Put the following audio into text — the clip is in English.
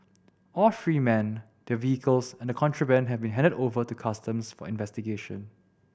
all three men their vehicles and the contraband have been handed over to Customs for investigation